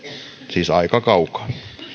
siis aika kaukaa